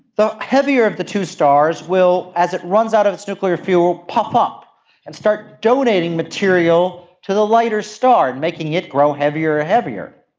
the heavier of the two stars will, as it runs out of its nuclear fuel, puff up and start donating material to the lighter star and making it grow heavier and heavier.